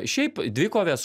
šiaip dvikovės